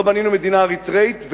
לא בנינו מדינה אריתריאית,